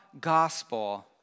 gospel